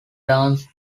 dance